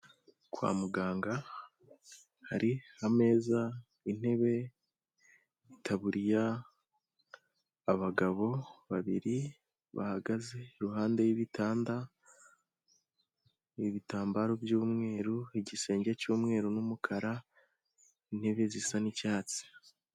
Kwa muganga hari ameza, intebe, itaburiya, abagabo babiri bahagaze iruhande y'ibitanda, ibitambaro by'umweru, igisenge cy'umweru n'umukara, intebe zisa n'icyatsi.